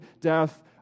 death